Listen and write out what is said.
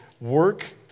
work